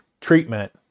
treatment